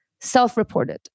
Self-reported